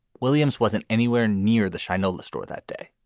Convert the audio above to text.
williams wasn't anywhere near the shinola store that day.